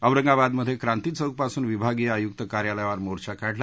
औरंगाबादमधे क्रांतीचौकपासून विभागीय आयुक्त कार्यालयावर मोर्चा काढला